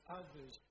others